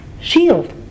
shield